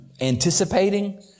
anticipating